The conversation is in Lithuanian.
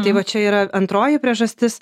tai va čia yra antroji priežastis